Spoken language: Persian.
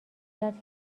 کرد